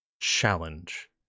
Challenge